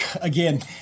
again